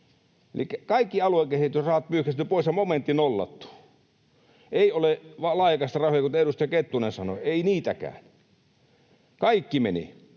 kaikki aluekehitysrahat on pyyhkäisty pois ja momentti nollattu. Ei ole laajakaistarahoja, kuten edustaja Kettunen sanoi, ei niitäkään. Kaikki meni.